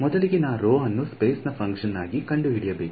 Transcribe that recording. ಮೊದಲಿಗೆ ನಾನು ರೋ ಅನ್ನು ಸ್ಪೇಸ್ ನ ಫಂಕ್ಷನ್ ಆಗಿ ಕಂಡುಹಿಡಿಯಬೇಕು